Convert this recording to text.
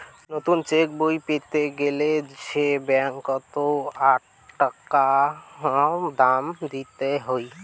নতুন চেকবই পেতে গেলে সে ব্যাঙ্কত আকটা টাকা দাম দিত হই